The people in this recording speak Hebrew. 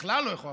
בכלל לא יכול,